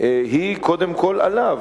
היא קודם כול עליו,